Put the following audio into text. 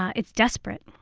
it's desperate.